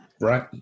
Right